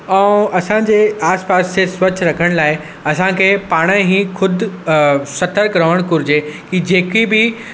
ऐं असांजे आस पास जे स्वच्छ रखण लाइ असांखे पाण ही ख़ुदि सतर्क रहण घुरिजे की जेकी बि